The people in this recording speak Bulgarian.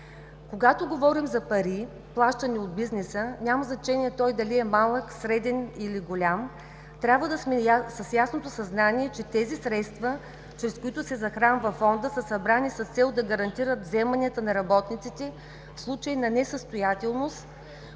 Когато говорим за пари, плащани от бизнеса, няма значение той дали е малък, среден или голям, трябва да сме с ясното съзнание, че тези средства, чрез които се захранва Фонда, са събрани с цел да гарантират вземанията на работниците в случай на несъстоятелност,